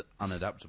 unadaptable